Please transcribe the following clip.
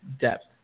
depth